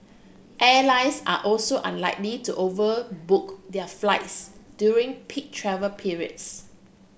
airlines are also unlikely to overbook their flights during peak travel periods